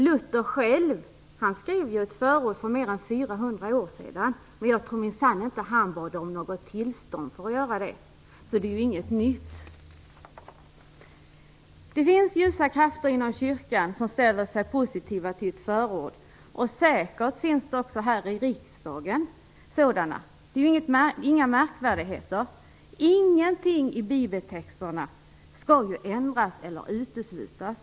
Luther själv skrev ju ett förord för mer än 400 år sedan, och jag tror minsann inte att han bad om något tillstånd för att göra det. Så detta är inte något nytt. Det finns ljusa krafter inom kyrkan som ställer sig positiva till ett förord, och säkert finns det också här i riksdagen sådana. Det är inga märkvärdigheter. Ingenting i bibeltexterna skall ju ändras eller uteslutas.